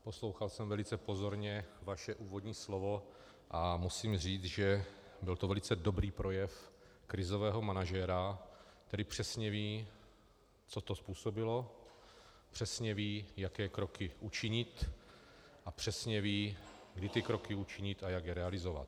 Poslouchal jsem velice pozorně vaše úvodní slovo a musím říct, že to byl velice dobrý projev krizového manažera, který přesně ví, co to způsobilo, přesně ví, jaké kroky učinit, a přesně ví, kdy ty kroky učinit a jak je realizovat.